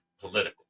political